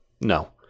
No